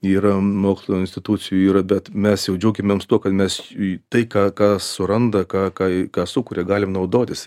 yra mokslo institucijų yra bet mes jau džiaukimėms tuo kad mes tai ką ką suranda ką ką ką sukuria galim naudotis